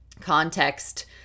context